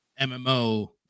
MMO